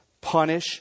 punish